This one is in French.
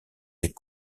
les